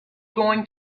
going